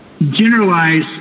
generalize